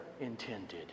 intended